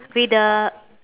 with the